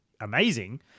amazing